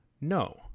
No